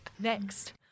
Next